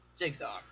jigsaw